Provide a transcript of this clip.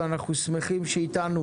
ואנחנו שמחים שהיא אתנו,